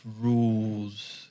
rules